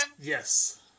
Yes